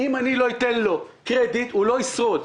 אם לא אתן לו קרדיט הוא לא ישרוד.